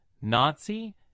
Nazi